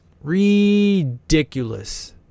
Ridiculous